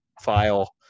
file